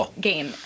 game